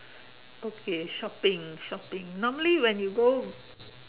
okay shopping shopping normally when you go